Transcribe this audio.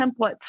templates